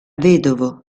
vedovo